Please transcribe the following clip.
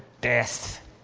death